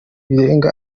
birenge